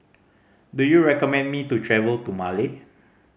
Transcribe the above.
do you recommend me to travel to Male